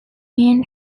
main